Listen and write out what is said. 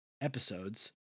episodes